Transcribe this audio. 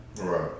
right